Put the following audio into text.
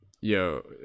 Yo